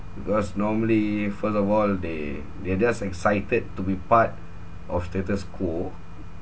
because normally first of all they they're just excited to be part of status quo